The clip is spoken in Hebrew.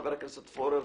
חבר הכנסת פורר,